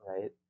right